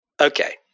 Okay